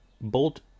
Bolt